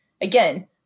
again